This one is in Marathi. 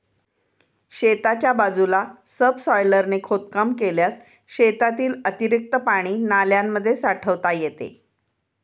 शेताच्या बाजूला सबसॉयलरने खोदकाम केल्यास शेतातील अतिरिक्त पाणी नाल्यांमध्ये साठवता येते